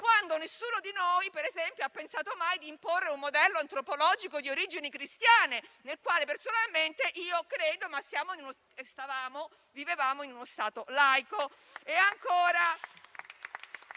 quando nessuno di noi per esempio ha pensato mai di imporre un modello antropologico di origini cristiane, nel quale personalmente io credo, ma stiamo, stavamo e vivevamo